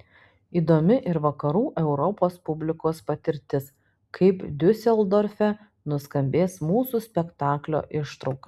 įdomi ir vakarų europos publikos patirtis kaip diuseldorfe nuskambės mūsų spektaklio ištrauka